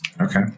Okay